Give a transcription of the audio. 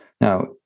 now